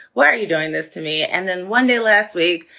why are you doing this to me? and then one day last week,